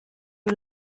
you